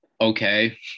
Okay